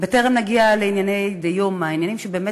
בטרם נגיע לענייני דיור מהעניינים שבאמת